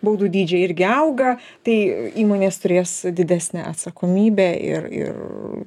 baudų dydžiai irgi auga tai įmonės turės didesnę atsakomybę ir ir